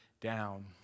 down